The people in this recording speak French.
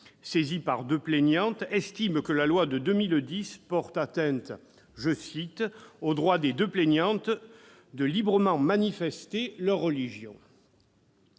saisi par deux plaignantes, estime que cette loi de 2010 porte atteinte « au droit des deux plaignantes de librement manifester leur religion ».